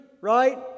right